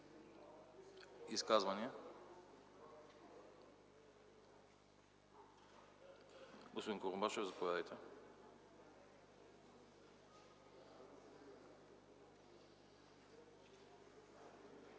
изказвания? Господин Георгиев, заповядайте.